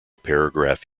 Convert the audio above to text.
paragraph